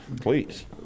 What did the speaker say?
Please